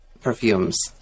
perfumes